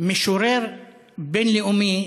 משורר בין-לאומי,